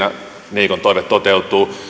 niikon toive toteutuu